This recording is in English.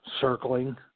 circling